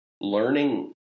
learning